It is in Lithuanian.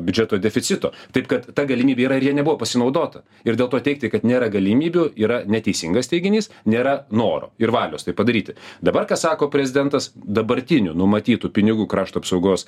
biudžeto deficito taip kad ta galimybė yra ir ja nebuvo pasinaudota ir dėl to teigti kad nėra galimybių yra neteisingas teiginys nėra noro ir valios tai padaryti dabar ką sako prezidentas dabartinių numatytų pinigų krašto apsaugos